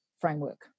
framework